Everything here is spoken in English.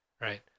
Right